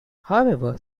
however